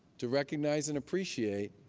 to recognize and appreciate